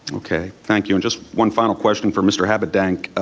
okay, thank you, and just one final question for mr. habedank.